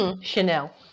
Chanel